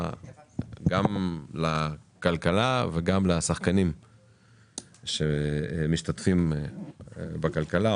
גם לכלכלה וגם לשחקנים שמשתתפים בכלכלה,